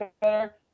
better